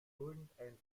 irgendein